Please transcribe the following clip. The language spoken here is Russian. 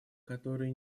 которые